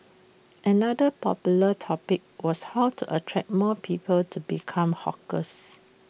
another popular topic was how to attract more people to become hawkers